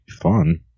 fun